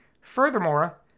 Furthermore